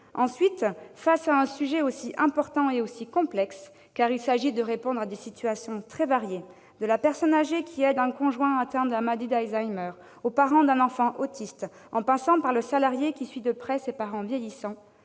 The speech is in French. Ensuite, devant un sujet aussi important et aussi complexe- car il s'agit de répondre à des situations très variées, de la personne âgée qui aide un conjoint atteint de la maladie d'Alzheimer au parent d'un enfant autiste, en passant par le salarié qui suit de près des parents vieillissants